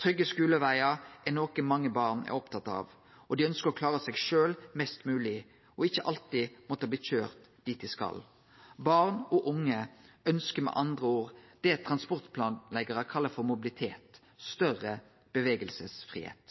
Trygge skulevegar er noko mange barn er opptatte av, og dei ønskjer å klare seg sjølve mest mogleg og ikkje alltid måtte bli køyrde dit dei skal. Barn og unge ønskjer med andre ord det transportplanleggjarar kallar for mobilitet – større bevegelsesfridom.